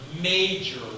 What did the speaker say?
major